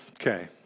Okay